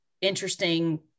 interesting